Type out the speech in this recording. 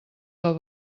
del